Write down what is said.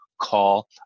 call